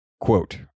Quote